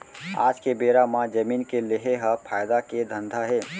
आज के बेरा म जमीन के लेहे ह फायदा के धंधा हे